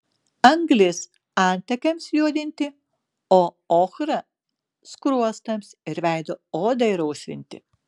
anglis antakiams juodinti o ochra skruostams ir veido odai rausvinti